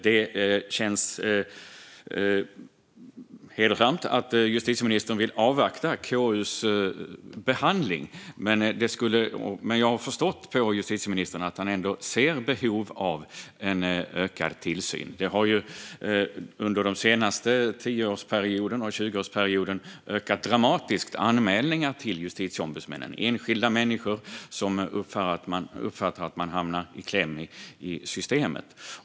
Det känns hedersamt att justitieministern vill avvakta KU:s behandling, men jag har förstått på justitieministern att han ändå ser behov av en ökad tillsyn. Under den senaste tioårsperioden eller tjugoårsperioden har anmälningarna till Justitieombudsmannen ökat dramatiskt. Enskilda människor uppfattar att de hamnar i kläm i systemet.